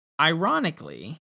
ironically